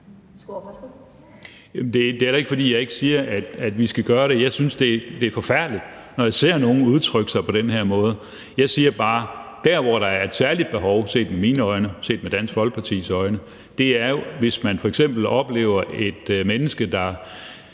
Det er heller ikke, fordi jeg ikke siger, at man skal gøre det. Jeg synes, det er forfærdeligt, når jeg hører nogle udtrykke sig på den her måde. Jeg siger bare, at der, hvor der er et særligt behov, set med mine og Dansk Folkepartis øjne, er, hvis man f.eks. oplever to mennesker, der